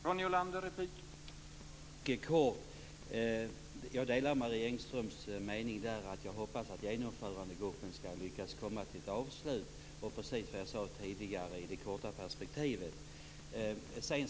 Herr talman! Mycket kort: Jag delar Marie Engströms mening såtillvida att jag hoppas att Genomförandegruppen skall lyckas komma till ett avslut - och detta, precis som jag sade tidigare, i det korta perspektivet.